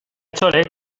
chole